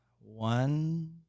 One